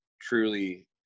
truly